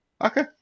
Okay